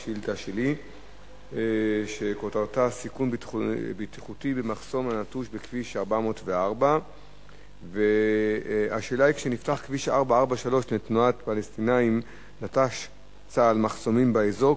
היא שאילתא שלי שכותרתה: סיכון בטיחותי במחסום הנטוש בכביש 404. השאלה היא: כשנפתח כביש 443 לתנועת פלסטינים נטש צה"ל מחסומים באזור,